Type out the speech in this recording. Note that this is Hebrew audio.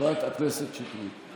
חברת הכנסת שטרית.